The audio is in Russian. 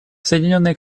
соединенное